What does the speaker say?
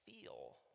feel